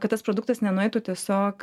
kad tas produktas nenueitų tiesiog